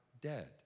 dead